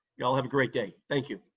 y'all have a great day, thank you.